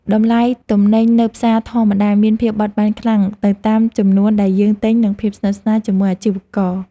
តម្លៃទំនិញនៅផ្សារធម្មតាមានភាពបត់បែនខ្លាំងទៅតាមចំនួនដែលយើងទិញនិងភាពស្និទ្ធស្នាលជាមួយអាជីវករ។